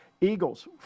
Eagles